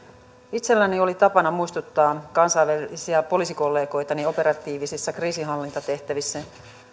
itselläni oli tapana muistuttaa kansainvälisiä poliisikollegoitani operatiivisissa kriisinhallintatehtävissä